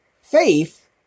faith